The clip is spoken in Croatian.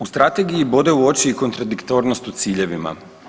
U strategiji bode u oči i kontradiktornost u ciljevima.